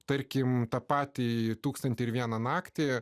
tarkim tą patį tūkstantį ir vieną naktį